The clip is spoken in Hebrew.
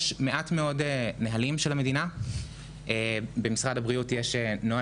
יש מעט מאוד נהלים של המדינה במשרד הבריאות שי נוהל